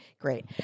Great